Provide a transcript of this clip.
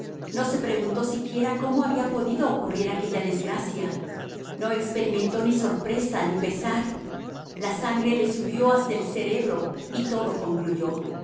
no se preguntó siquiera cómo había podido ocurrir aquella desgracia no experimentó ni sorpresa ni pesar la sangre le subió hasta el cerebro y todo concluyó